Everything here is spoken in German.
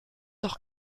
doch